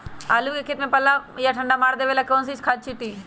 आलू के खेत में पल्ला या ठंडा मार देवे पर कौन खाद छींटी?